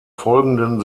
folgenden